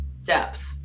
depth